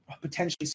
potentially